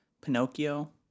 Pinocchio